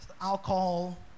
Alcohol